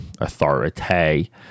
authority